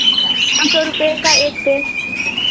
पाँच सौ रुपये का एक टे